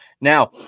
Now